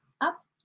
up